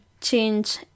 change